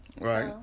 Right